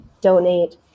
donate